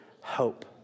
hope